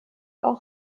auch